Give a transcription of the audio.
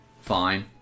Fine